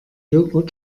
jogurt